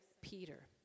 Peter